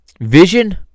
vision